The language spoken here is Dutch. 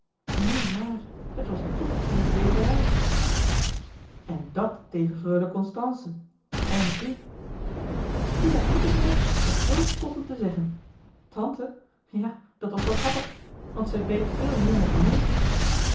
neen maar het was tout court dweperij en dat tegen freule constance èn u u hebt niet het recht dat zoo spottend te zeggen tante ja dat was wel grappig want zij dweept veel meer met uw neef